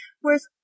Whereas